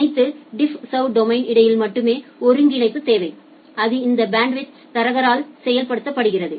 அனைத்து டிஃப்ஸர்வின் டொமைன்களுக்கு இடையில் மட்டுமே ஒருங்கிணைப்பு தேவை அது இந்த பேண்ட்வித் தரகரால் செய்யப்படுகிறது